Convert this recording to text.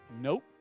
Nope